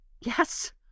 Yes